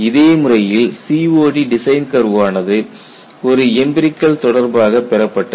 இதே முறையில் COD design கர்வானது ஒரு எம்பிரிகல் தொடர்பாக பெறப்பட்டது